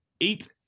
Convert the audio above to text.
eight